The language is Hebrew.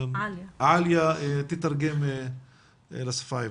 ועאליה תתרגם לשפה העברית.